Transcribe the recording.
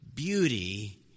Beauty